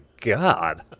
God